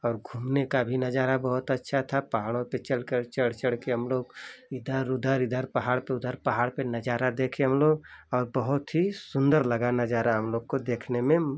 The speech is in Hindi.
और घूमने का भी नज़ारा बहुत अच्छा था पहाड़ों पर चलकर चढ़ चढ़के हम लोग इधर उधर इधर पहाड़ पर उधर पहाड़ पर नज़ारा देखे हम लोग और बहुत ही सुन्दर लगा नजारा हम लोग को देखने में